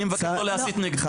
אני מבקש לא להסית נגדי.